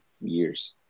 years